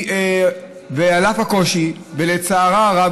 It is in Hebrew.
על אף הקושי ולצערה הרב,